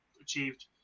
achieved